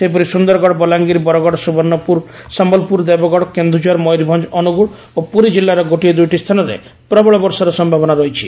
ସେହିପରି ସୁନ୍ଦରଗଡ଼ ବଲାଙ୍ଗିର ବରଗଡ଼ ସୁବର୍ଶ୍ୱପୁର ସମ୍ଭଲପୁର ଦେବଗଡ଼ କେନ୍ଦୁଝର ମୟୂରଭଞ୍ ଅନୁଗୁଳ ଓ ପୁରୀ କିଲ୍ଲାର ଗୋଟିଏ ଦୁଇଟି ସ୍ଥାନରେ ପ୍ରବଳ ବର୍ଷାର ସୟାବନା ରହିଛି